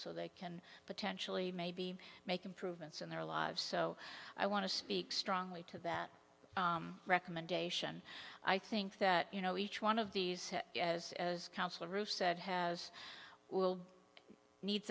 so they can potentially maybe make improvements in their lives so i want to speak strongly to that recommendation i think that you know each one of these has as counsel ruth said has will needs